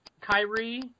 Kyrie